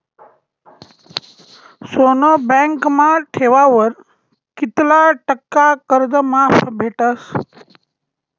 सोनं बँकमा ठेवावर कित्ला टक्का कर्ज माफ भेटस?